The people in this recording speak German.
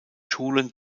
schulen